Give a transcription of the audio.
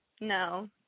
No